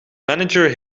manager